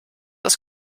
das